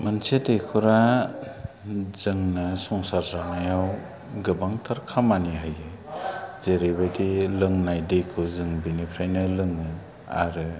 मोनसे दैख'रा जोंनो संसार जानायाव गोबांथार खामानि होयो जेरैबायदि लोंनाय दैखौ जों बेनिफ्रायनो लोङो आरो